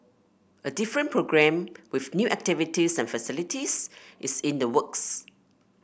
a different programme with new activities and facilities is in the works